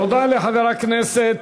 תודה לחבר הכנסת